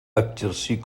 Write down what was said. exercir